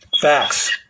Facts